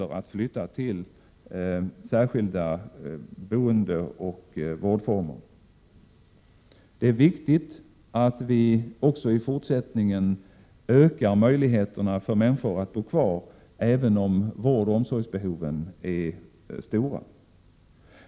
1987/88:126 gäller att kunna flytta till särskilda boendeoch vårdformer. Det är viktigt att 25 maj 1988 vi också i fortsättningen ökar möjligheterna för människor att bo kvar hemma, även om vårdoch omsorgsbehoven är stora.